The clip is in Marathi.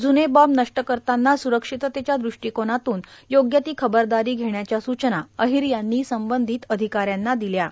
जूने बॉम्ब नष्ट करतांना स्रक्षिततेच्या दृष्टिीकोनात्न योग्य ती खबरदारी घेण्याच्या स्चना अहिर यांनी संबंधित अधिका यांना दिल्यात